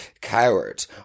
coward